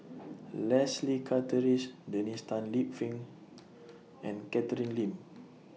Leslie Charteris Dennis Tan Lip Fong and Catherine Lim